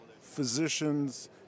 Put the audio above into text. physicians